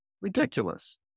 Ridiculous